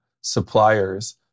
suppliers